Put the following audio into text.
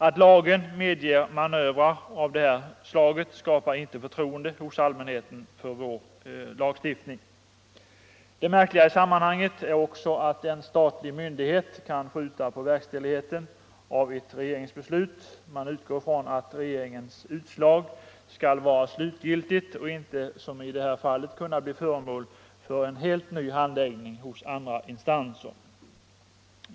Att lagen medger manövrer av det slaget skapar inte förtroende hos allmänheten för vår lagstiftning. Det märkliga i sammanhanget är också att en statlig myndighet kan skjuta på verkställigheten av ett regeringsbeslut. Man utgår ju från att regeringens utslag skall vara slutgiltigt och inte som i det här fallet kunna bli föremål för en helt ny handläggning hos andra instanser.